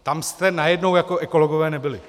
Tam jste najednou jako ekologové nebyli.